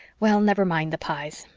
well, never mind the pyes.